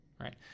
Right